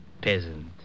Peasant